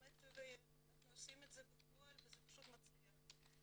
אנחנו עושים את זה בפועל וזה פשוט מצליח.